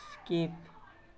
skip